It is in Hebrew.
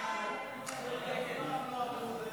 להעביר את